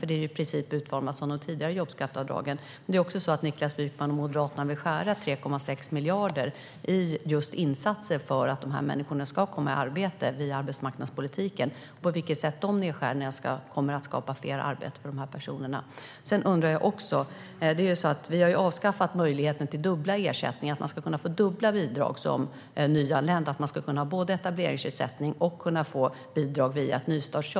Det är ju i princip utformat som de tidigare jobbskatteavdragen. Niklas Wykman och Moderaterna vill skära ned 3,6 miljarder just på insatser för att dessa människor ska komma i arbete via arbetsmarknadspolitiken. På vilket sätt kommer dessa nedskärningar att skapa fler arbeten för dessa personer? Vi har avskaffat möjligheten till dubbla ersättningar och bidrag som nyanländ, det vill säga att få både etableringsersättning och bidrag via ett nystartsjobb.